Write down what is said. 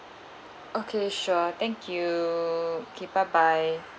okay sure thank you okay bye bye